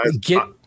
get